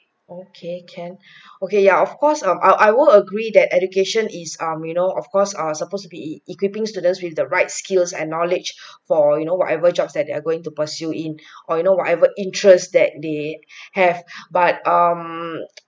okay can okay ya of course um I'll I will agree that education is um you know of course are supposed to be e~ equipping students with the right skills and knowledge for you know whatever jobs that they're going to pursue in or you know whatever interest that the have but um